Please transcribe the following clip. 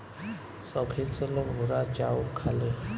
सौखीन से लोग भूरा चाउर खाले